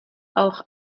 auch